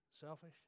selfish